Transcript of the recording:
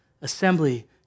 Assembly